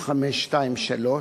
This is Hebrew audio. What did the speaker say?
580512523,